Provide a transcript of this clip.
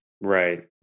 Right